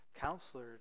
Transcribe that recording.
counselor